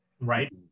right